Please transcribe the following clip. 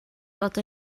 dod